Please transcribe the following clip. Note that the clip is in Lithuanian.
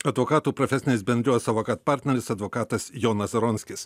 advokatų profesinės bendrijos savo kat partneris advokatas jonas zaronskis